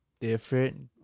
Different